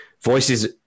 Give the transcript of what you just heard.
voices